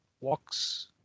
walks